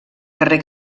carrer